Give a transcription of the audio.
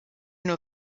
nur